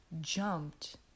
jumped